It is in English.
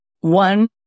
one